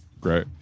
Great